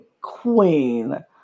Queen